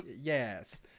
Yes